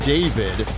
David